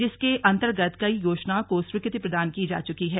जिसके अर्न्तगत कई योजनाओ को स्वीकृति प्रदान की जा चुकी है